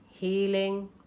healing